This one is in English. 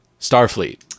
Starfleet